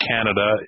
Canada